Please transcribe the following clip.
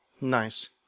Nice